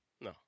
no